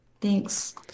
Thanks